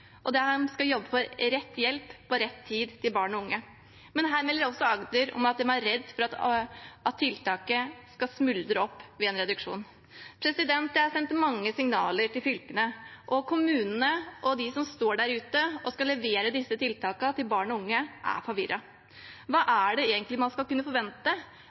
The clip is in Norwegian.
og der skal man jobbe med rett hjelp til rett tid til barn og unge. Her melder også Agder at de er redd for at tiltaket skal smuldre opp ved en reduksjon. Det er sendt mange signaler til fylkene, og kommunene og de som står der ute og skal levere disse tiltakene til barn og unge, er forvirret. Hva er det egentlig man skal kunne forvente